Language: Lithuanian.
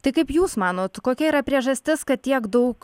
tai kaip jūs manot kokia yra priežastis kad tiek daug